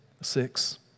six